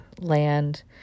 land